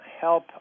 help